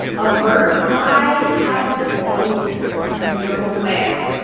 a verb. i have grown a beautiful plant.